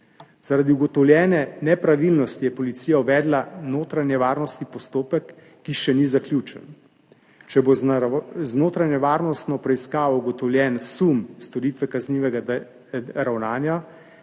Zaradi ugotovljene nepravilnosti je Policija uvedla notranjevarnostni postopek, ki še ni zaključen. Če bo z notranjevarnostno preiskavo ugotovljen sum storitve kaznivega ravnanja,